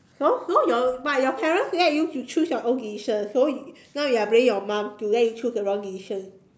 so so your but your parents let you to choose your own decisions so now you are blaming your mom to let you choose the wrong decisions